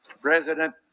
President